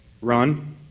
run